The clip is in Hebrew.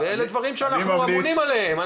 אלה דברים שאנחנו אמונים עליהם,